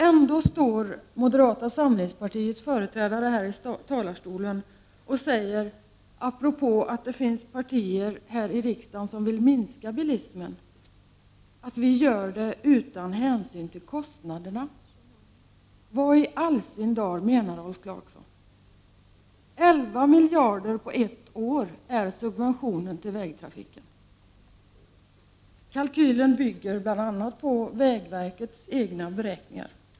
Ändå står moderata samlingspartiets företrädare här i talarstolen och säger, apropå att det finns partier här i riksdagen som vill minska bilismen, att vi gör det utan hänsyn till kostnaderna. Vad i all sin dar menar Rolf Clarkson? 11 miljarder på ett år är subventionen till vägtrafiken. Kalkylen bygger bl.a. på vägverkets egna beräkningar.